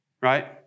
right